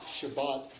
Shabbat